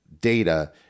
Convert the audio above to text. data